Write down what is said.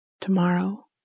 Tomorrow